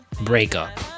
Breakup